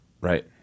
Right